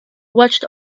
watched